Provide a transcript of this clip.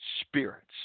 spirits